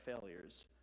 failures